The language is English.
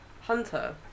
hunter